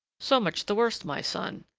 so much the worse, my son,